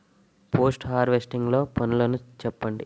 Post harvesting లో పనులను చెప్పండి?